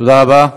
תודה רבה.